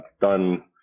done